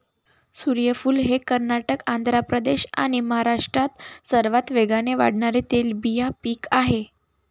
सूर्यफूल हे कर्नाटक, आंध्र प्रदेश आणि महाराष्ट्रात सर्वात वेगाने वाढणारे तेलबिया पीक आहे